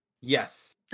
Yes